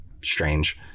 strange